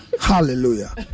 Hallelujah